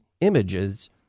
images